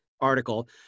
article